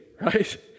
right